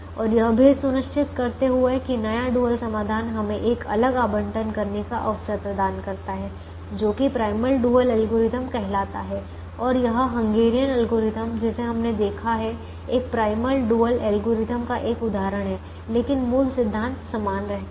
और यह भी सुनिश्चित करते हुए कि नया डुअल समाधान हमें एक अलग आवंटन करने का अवसर प्रदान करता है जो कि प्राइमल डुअल एल्गोरिथ्म कहलाता है और यह हंगेरियन एल्गोरिथ्म जिसे हमने देखा है एक प्राइमल डुअल एल्गोरिथ्म का एक उदाहरण है लेकिन मूल सिद्धांत समान रहता है